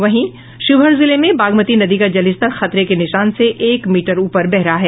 वहीं शिवहर जिले में बागमती नदी का जलस्तर खतरे के निशान से एक मीटर ऊपर बह रहा है